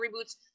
reboots